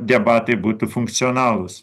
debatai būtų funkcionalūs